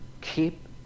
Keep